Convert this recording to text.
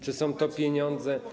Czy są to pieniądze.